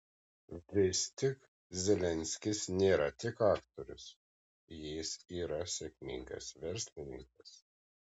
vis tik zelenskis nėra tik aktorius jis yra sėkmingas verslininkas